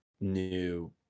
new